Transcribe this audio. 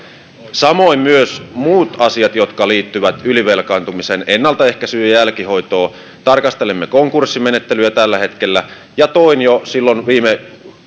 samoin myös muut asiat jotka liittyvät ylivelkaantumisen ennaltaehkäisyyn ja jälkihoitoon tarkastelemme konkurssimenettelyä tällä hetkellä ja toin jo silloin viime